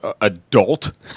adult